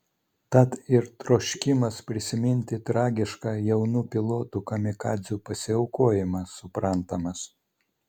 tad ir troškimas prisiminti tragišką jaunų pilotų kamikadzių pasiaukojimą suprantamas